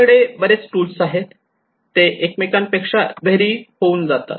आपल्याकडे बरेच टूल्स आहेत ते एकमेकांपेक्षा व्हेरि होऊन जातात